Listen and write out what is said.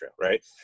Right